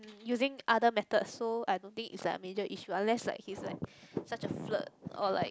using other methods so I don't think it's like a major issue unless he's like such a flirt or like